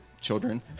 children